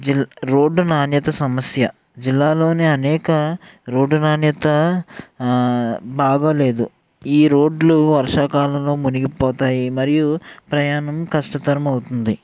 G road నాణ్యత సమస్య జిల్లాలోనే అనేక రోడ్డు నాణ్యత బాగోలేదు ఈ రోడ్లు వర్షాకాలంలో మునిగిపోతాయి మరియు ప్రయాణం కష్టతరం అవుతుంది